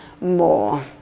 more